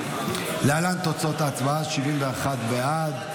להלן תוצאות ההצבעה: 71 בעד,